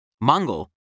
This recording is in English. Mongol